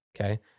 Okay